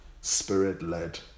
spirit-led